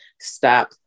stop